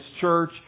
church